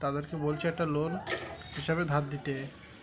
তাদেরকে বলছি একটা লোন হিসাবে ধার দিতে